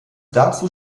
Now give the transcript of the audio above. dazu